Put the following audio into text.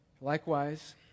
Likewise